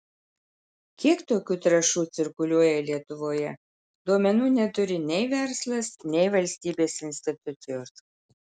kiek tokių trąšų cirkuliuoja lietuvoje duomenų neturi nei verslas nei valstybės institucijos